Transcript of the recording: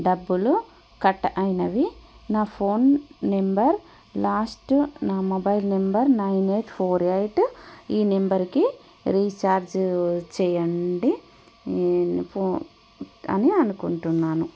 డబ్బులు కట్ అయ్యాయి నా ఫోన్ నెంబర్ లాస్ట్ నా mobile number nine eight four eight ఈ నెంబర్కి రీఛార్జ్ చేయండి ఫో అని అనుకుంటున్నాను